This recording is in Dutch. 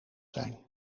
zijn